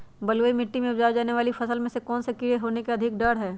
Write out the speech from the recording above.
बलुई मिट्टी में उपजाय जाने वाली फसल में कौन कौन से कीड़े होने के अधिक डर हैं?